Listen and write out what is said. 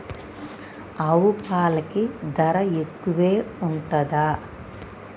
ఆవు పాలకి ధర ఎక్కువే ఉంటదా?